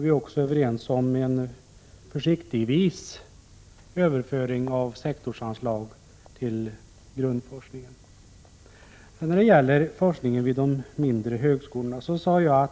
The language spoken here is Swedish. Vi är också överens om en försiktig överföring av sektorsanslag till grundforskningen. När det gäller forskningen vid de mindre högskolorna sade jag